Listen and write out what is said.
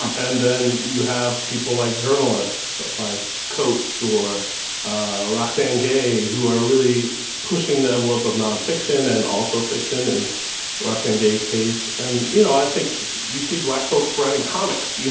and then you have people like journalists, like coates or ah roxane gay, who are really pushing the envelope of nonfiction and also fiction in and roxane gay's case. and, you know, i think you see black folks writing comics, you